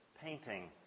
painting